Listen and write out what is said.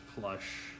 plush